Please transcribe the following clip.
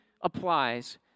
applies